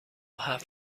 هفت